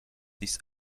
this